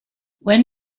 when